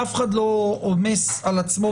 אף אחד לא עומס על עצמו,